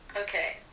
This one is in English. Okay